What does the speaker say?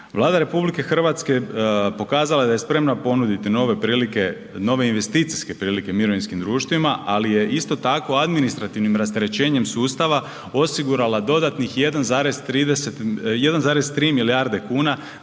Vlada RH pokazala je da je spremna ponuditi nove prilike, nove investicijske prilike mirovinskim društvima, ali je isto tako administrativnim rasterećenjem sustava osigurala dodatnih 1,3 milijarde kuna